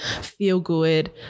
feel-good